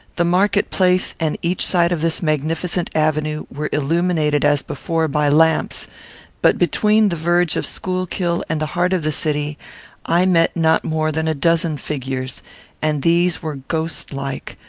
the market-place, and each side of this magnificent avenue, were illuminated, as before, by lamps but between the verge of schuylkill and the heart of the city i met not more than a dozen figures and these were ghost-like,